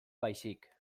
baizik